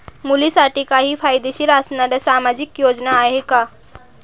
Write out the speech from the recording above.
मुलींसाठी फायदेशीर असणाऱ्या काही सामाजिक योजना आहेत का?